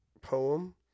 poem